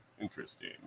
interesting